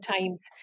times